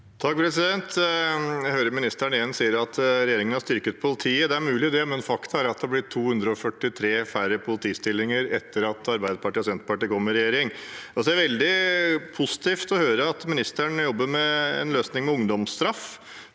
(FrP) Jeg hører mi- nisteren igjen si at regjeringen har styrket politiet. Det er mulig, det, men faktum er at det har blitt 243 færre politistillinger etter at Arbeiderpartiet og Senterpartiet kom i regjering. Det er veldig positivt å høre at ministeren jobber med en løsning med ungdomsstraff,